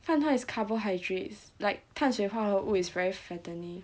饭团 is carbohydrates like 碳水化合物 is very fattening